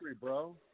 bro